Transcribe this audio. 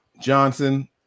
Johnson